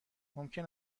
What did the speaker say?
ممکن